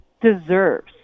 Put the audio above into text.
deserves